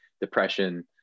depression